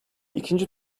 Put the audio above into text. ikinci